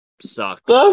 sucks